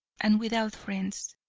and without friends.